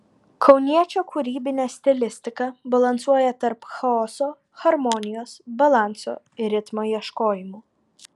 kauniečio kūrybinė stilistika balansuoja tarp chaoso harmonijos balanso ir ritmo ieškojimų